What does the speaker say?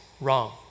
wrong